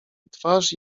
twarz